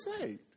saved